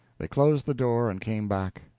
they closed the door and came back.